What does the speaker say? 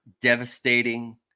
devastating